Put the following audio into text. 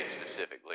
specifically